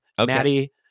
Maddie